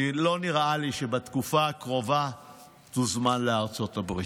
לא נראה לי שבתקופה הקרובה תוזמן לארצות הברית.